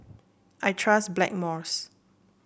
I trust Blackmores